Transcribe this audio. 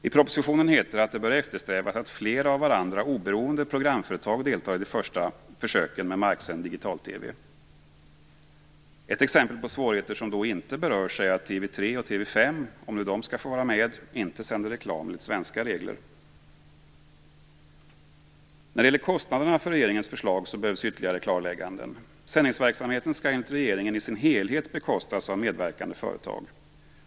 I propositionen heter det att det bör eftersträvas att flera av varandra oberoende programföretag deltar i de första försöken med marksänd digital-TV. Ett exempel på svårigheter som inte berörs är att TV 3 och TV 5, om dessa kanaler nu skall få vara med, inte sänder reklam enligt svenska regler. När det gäller kostnaderna för regeringens förslag så behövs ytterligare klarlägganden. Sändningsverksamheten skall enligt regeringen i sin helhet bekostas av medverkande företag.